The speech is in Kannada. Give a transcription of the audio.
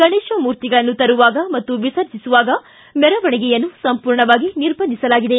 ಗಣೇಶ ಮೂರ್ತಿಗಳನ್ನು ತರುವಾಗ ಹಾಗೂ ವಿಸರ್ಜಿಸುವಾಗ ಮೆರವಣಿಗೆಯನ್ನು ಸಂಪೂರ್ಣವಾಗಿ ನಿರ್ಬಂಧಿಸಲಾಗಿದೆ